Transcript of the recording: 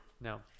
No